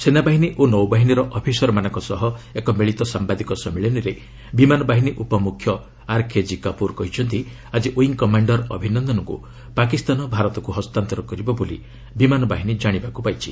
ସେନାବାହିନୀ ଓ ନୌବାହିନୀର ଅଫିସରମାନଙ୍କ ସହ ଏକ ମିଳିତ ସାମ୍ଭାଦିକ ସମ୍ମିଳନୀରେ ବିମାନ ବାହିନୀ ଉପ ମୁଖ୍ୟ ଆର୍କେଜି କାପୁର୍ କହିଛନ୍ତି ଆଜି ୱିଙ୍ଗ୍ କମାଣ୍ଡର୍ ଅଭିନନ୍ଦନଙ୍କୁ ପାକିସ୍ତାନ ଭାରତକୁ ହସ୍ତାନ୍ତର କରିବ ବୋଲି ବିମାନ ବାହିନୀ ଜାଣିବାକୁ ପାଇଛି